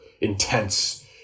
intense